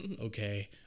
okay